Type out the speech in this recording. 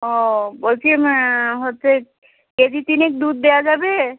ও বলছি হচ্ছে কেজি তিনেক দুধ দেওয়া যাবে